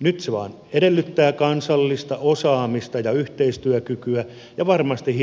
nyt se vain edellyttää kansallista osaamista ja yhteistyökykyä ja varmasti